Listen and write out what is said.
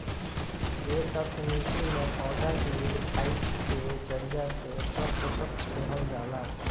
ए तकनीकी में पौधा के एगो पाईप के जरिया से सब पोषक देहल जाला